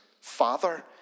Father